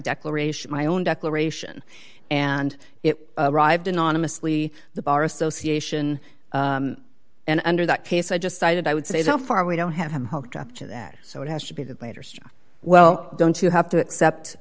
declaration my own declaration and it arrived anonymously the bar association and under that case i just cited i would say so far we don't have him hooked up to that so it has to be the well don't you have to accept